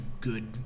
good